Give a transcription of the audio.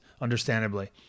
understandably